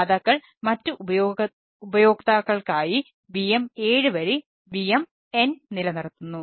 ദാതാക്കൾ മറ്റ് ഉപയോക്താക്കൾക്കായി VM7 വഴി VMn നിലനിർത്തുന്നു